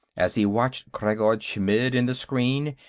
as he watched khreggor chmidd in the screen,